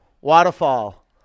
waterfall